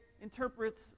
interprets